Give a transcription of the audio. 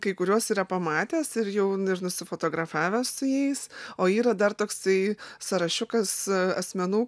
kai kurios yra pamatęs ir jau ir nusifotografavęs su jais o yra dar toksai sąrašiukas asmenų